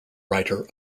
writer